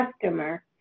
customer